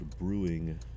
Brewing